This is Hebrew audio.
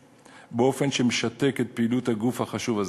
באופן שמשתק את פעילות הגוף החשוב הזה.